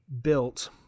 built